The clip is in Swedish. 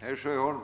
Herr talman!